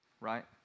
Right